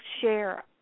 share